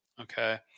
Okay